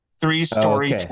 three-story